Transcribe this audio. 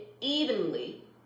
evenly